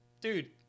dude